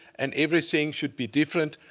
and everything should be different.